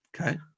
Okay